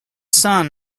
son